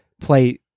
play